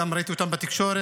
גם ראיתי אותם בתקשורת.